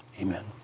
Amen